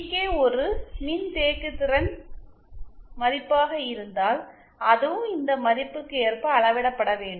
K ஒரு மின்தேக்குதிறன் மதிப்பாக இருந்தால் அதுவும் இந்த மதிப்புக்கு ஏற்ப அளவிடப்பட வேண்டும்